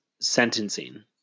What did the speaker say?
sentencing